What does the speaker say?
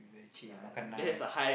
very chill makan naan